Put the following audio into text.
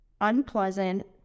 unpleasant